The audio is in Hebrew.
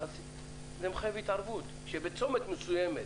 זה מחייב התערבות, שבצומת מסוימת